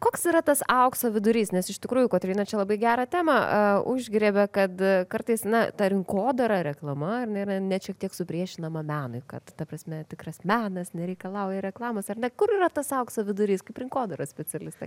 koks yra tas aukso vidurys nes iš tikrųjų kotryna čia labai gerą temą užgriebė kad kartais na ta rinkodara reklama ar ne yra net šiek tiek supriešinama menui kad ta prasme tikras menas nereikalauja reklamos ar ne kur yra tas aukso vidurys kaip rinkodaros specialistei